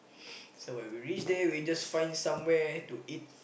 so when we reach there we just find somewhere to eat